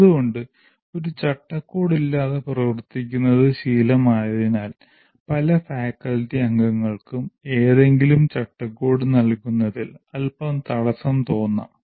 അതുകൊണ്ടാണ് ഒരു ചട്ടക്കൂടില്ലാതെ പ്രവർത്തിക്കുന്നത് ശീലമായതിനാൽ പല ഫാക്കൽറ്റി അംഗങ്ങൾക്കും ഏതെങ്കിലും ചട്ടക്കൂട് നൽകുന്നതിൽ അൽപ്പം തടസ്സം തോന്നാം